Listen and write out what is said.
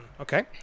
Okay